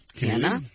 Hannah